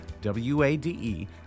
W-A-D-E